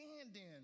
stand-in